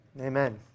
Amen